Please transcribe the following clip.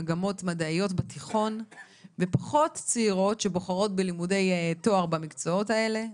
מגמות מדעיות בתיכון ופחות צעירות שבוחרות בלימודי תואר במקצועות אלה.